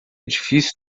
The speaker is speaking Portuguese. edifício